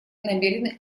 намерены